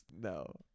No